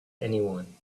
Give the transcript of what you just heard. anyone